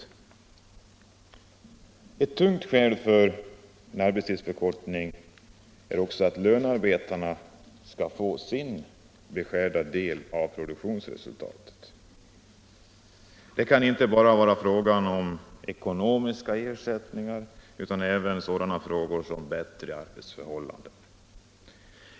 andraarbetstidsfrå Ett tungt skäl för en arbetstidsförkortning är också att lönarbetarna — gor skall få sin beskärda del av produktionsresultatet. Det kan inte vara fråga bara om ekonomiska ersättningar utan det gäller även sådant som bättre arbetsförhållanden.